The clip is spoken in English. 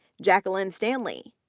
jacqueline stanley.